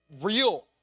real